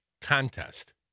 contest